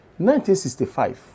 1965